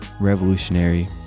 revolutionary